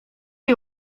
nie